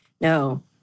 No